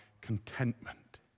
contentment